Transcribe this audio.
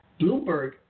Bloomberg